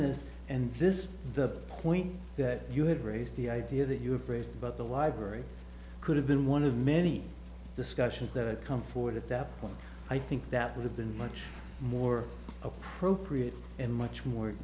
this and this is the point that you had raised the idea that you have raised but the library could have been one of many discussions that come forward at that point i think that would have been much more appropriate and much more